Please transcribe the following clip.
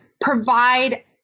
provide